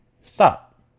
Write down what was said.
Stop